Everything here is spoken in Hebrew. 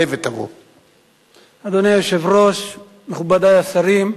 אדוני היושב-ראש, מכובדי השרים,